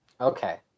Okay